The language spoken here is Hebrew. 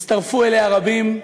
הצטרפו אליה רבים,